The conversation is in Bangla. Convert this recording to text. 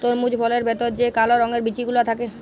তরমুজ ফলের ভেতর যে কাল রঙের বিচি গুলা থাক্যে